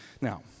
Now